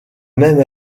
même